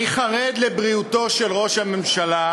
אני חרד לבריאותו של ראש הממשלה,